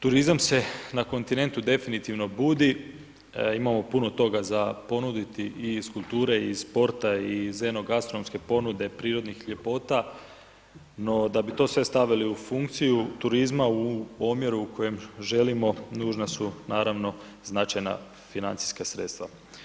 Turizam se na kontinentu definitivno budi, imamo puno toga za ponuditi i iz kulture i iz sporta i iz eno- gastronomske ponude prirodnih ljepota no da bi to sve stavili u funkciju turizma u omjeru u kojem želimo, nužna su naravno značajna financijska sredstva.